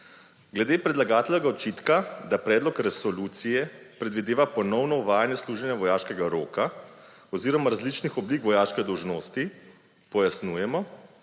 Glede predlagateljevega očitka, da predlog resolucije predvideva ponovno uvajanje služenja vojaškega roka oziroma različnih oblik vojaške dolžnosti, pojasnjujemo,